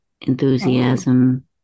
Enthusiasm